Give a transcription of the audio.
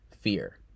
fear